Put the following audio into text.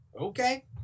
okay